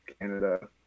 Canada